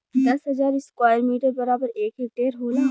दस हजार square metre बराबर एक हेक्टेयर होला